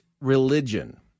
Religion